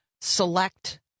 select